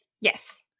Yes